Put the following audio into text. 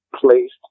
placed